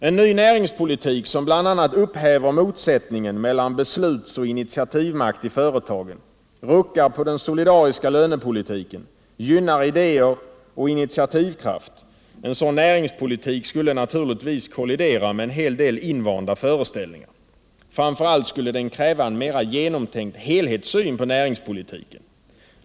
En ny näringspolitik, som bl.a. upphäver motsättningen mellan beslutsoch initiativmakt i företagen, ruckar på den solidariska lönepolitiken, gynnar idéer och initiativkraft, skulle naturligtvis kollidera med en hel del invanda föreställningar. Framför allt skulle den kräva en mer genomtänkt helhetssyn på näringspolitiken.